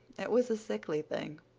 it was a sickly thing.